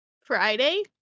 Friday